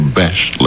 best